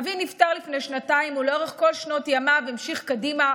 אבי נפטר לפני שנתיים ולאורך כל שנות ימיו המשיך קדימה,